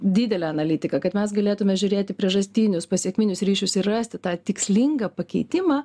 didelę analitiką kad mes galėtume žiūrėti priežastinius pasekminius ryšius ir rasti tą tikslingą pakeitimą